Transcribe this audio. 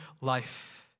life